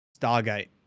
Stargate